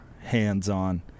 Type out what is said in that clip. hands-on